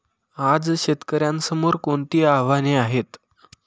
आज शेतकऱ्यांसमोर कोणती आव्हाने आहेत?